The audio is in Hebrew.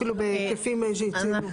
אפילו בהיקפים שיצוינו.